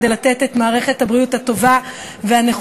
כדי לתת את מערכת הבריאות הטובה והנכונה